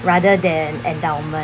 rather than endowment